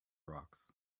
rocks